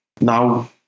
Now